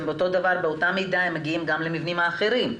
באותה מידה הם מגיעים גם למבנים אחרים,